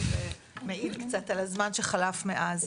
זה מעיד קצת על הזמן שחלף מאז.